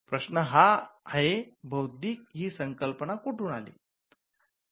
प्रश्न हा आहे बौद्धिक ही संकल्पना कुठून आली